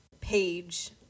page